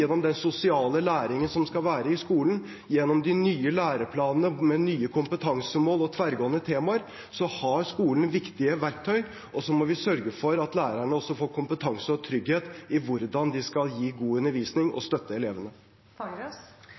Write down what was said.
den sosiale læringen som skal være i skolen, gjennom de nye læreplanene, med nye kompetansemål og tverrgående temaer – har skolen viktige verktøy, og så må vi sørge for at lærerne også får kompetanse og trygghet i hvordan de skal gi god undervisning og støtte